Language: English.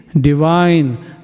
divine